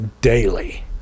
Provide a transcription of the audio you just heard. daily